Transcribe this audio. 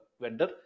vendor